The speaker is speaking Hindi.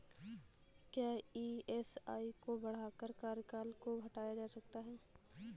क्या ई.एम.आई को बढ़ाकर कार्यकाल को घटाया जा सकता है?